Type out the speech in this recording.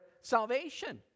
salvation